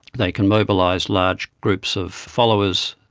they can mobilise large groups of followers,